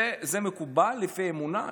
זה מקובל לפי האמונה?